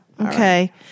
Okay